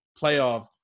playoff